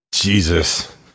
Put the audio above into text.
Jesus